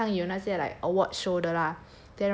是满经常有哪些 like award show 的 lah